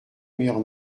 meilleur